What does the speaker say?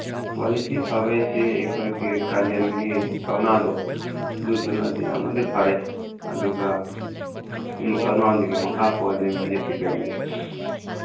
quality ꯐꯕꯩꯁꯦ ꯑꯩꯈꯣꯏꯒꯤ ꯀꯥꯂꯦꯟꯒꯤ ꯀꯧꯅꯥꯗꯣ ꯑꯗꯨꯗꯨꯅꯗꯤ ꯌꯥꯝꯅꯗꯤ ꯐꯔꯦ ꯑꯗꯨꯒ ꯃꯈꯥ ꯄꯣꯜꯂꯤ ꯃꯁꯤ ꯗꯤꯄꯦꯟꯗꯤ